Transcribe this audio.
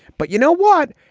but you know what?